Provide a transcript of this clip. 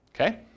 Okay